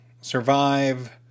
survive